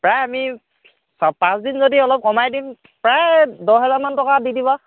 প্ৰায় আমি পাঁচ দিন যদি অলপ কমাই দিম প্ৰায় দহ হাজাৰমান টকা দি দিবা